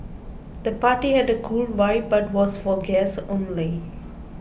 the party had a cool vibe but was for guests only